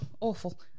Awful